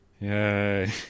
yay